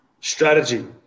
Strategy